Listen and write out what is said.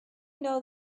know